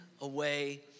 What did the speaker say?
Away